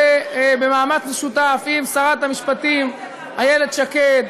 ובמאמץ משותף עם שרת המשפטים איילת שקד,